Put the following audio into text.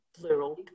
plural